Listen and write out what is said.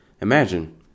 Imagine